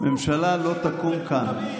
על מי?